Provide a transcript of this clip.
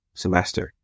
semester